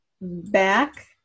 back